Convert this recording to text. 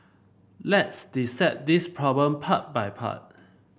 let's dissect this problem part by part